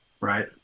right